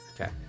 Okay